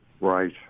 Right